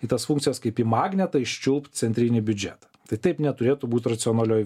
į tas funkcijas kaip į magnetą iščiulpt centrinį biudžetą tai taip neturėtų būt racionalioj